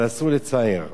אבל אסור לצער.